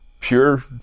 pure